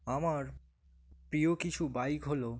আমার প্রিয় কিছু বাইক হলো